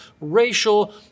racial